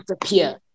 disappear